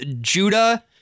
Judah